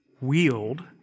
wield